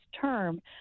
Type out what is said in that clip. term